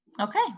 Okay